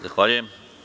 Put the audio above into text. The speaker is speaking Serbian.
Zahvaljujem.